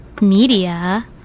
media